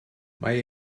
mae